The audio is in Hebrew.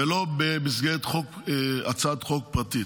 ולא במסגרת הצעת חוק פרטית.